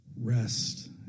rest